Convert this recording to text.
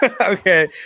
Okay